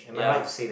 ya